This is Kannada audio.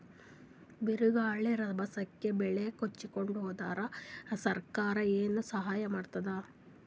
ಬಿರುಗಾಳಿ ರಭಸಕ್ಕೆ ಬೆಳೆ ಕೊಚ್ಚಿಹೋದರ ಸರಕಾರ ಏನು ಸಹಾಯ ಮಾಡತ್ತದ?